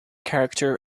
character